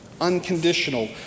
unconditional